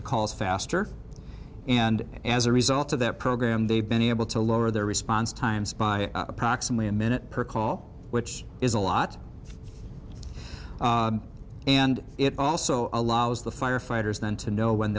to calls faster and as a result of that program they've been able to lower their response times by approximately a minute per call which is a lot and it also allows the firefighters then to know when